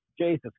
Jesus